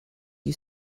you